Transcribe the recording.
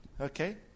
Okay